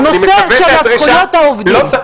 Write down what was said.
נושא של זכויות העובדים.